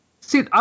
See